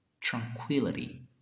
tranquility